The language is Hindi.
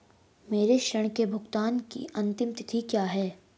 मेरे ऋण के भुगतान की अंतिम तिथि क्या है?